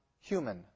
human